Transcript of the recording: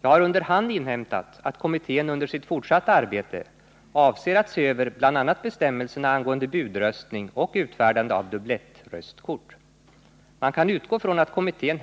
Jag har under hand inhämtat att kommittén under sitt fortsatta arbete avser att se över bl.a. bestämmelserna angående budröstning och utfärdande av duplettröstkort. Man kan utgå från att kommittén